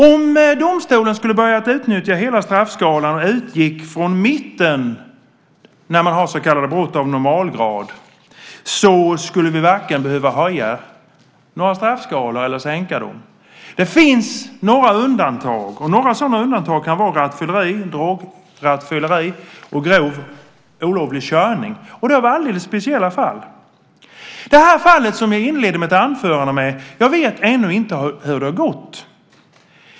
Om domstolen skulle börja utnyttja hela straffskalan och utgick från mitten vid så kallade brott av normalgrad, skulle vi varken behöva höja eller sänka några straffskalor. Det finns några undantag, och några sådana undantag kan vara rattfylleri, drograttfylleri och grov olovlig körning, och det av alldeles speciella fall. Jag vet ännu inte hur det har gått i det fall som jag inledde mitt anförande med.